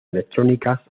electrónicas